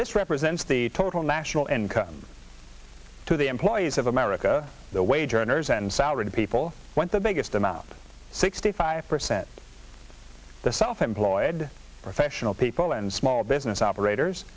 this represents the total national income to the employees of america the wage earners and salaried people want the biggest amount sixty five percent of the self employed professional people and small business operators